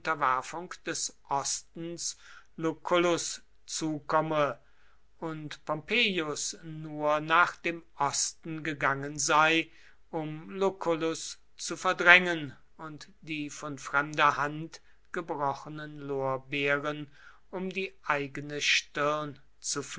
des ostens lucullus zukomme und pompeius nur nach dem osten gegangen sei um lucullus zu verdrängen und die von fremder hand gebrochenen lorbeeren um die eigene stirn